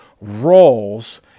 roles